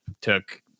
took